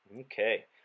Okay